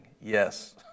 Yes